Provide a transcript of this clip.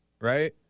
right